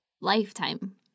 lifetime